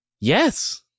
Yes